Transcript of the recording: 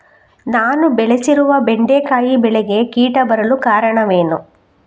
ನಾನು ಬೆಳೆಸಿರುವ ಬೆಂಡೆಕಾಯಿ ಬೆಳೆಗೆ ಕೀಟ ಬರಲು ಕಾರಣವೇನು?